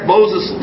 Moses